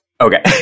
Okay